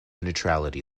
neutrality